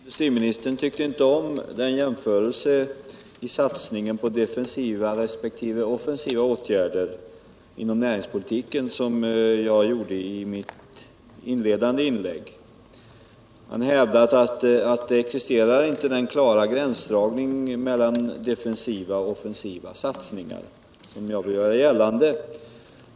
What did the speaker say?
Herr talman! Industriministern tyckte inte om den jämförelse som jag gjorde i mitt inledande inlägg och som rörde satsningen på defensiva resp. offensiva åtgärder. Han hävdade att det inte existerar en sådan klar gränsdragning mellan defensiva och offensiva satsningar som jag ville göra gällande.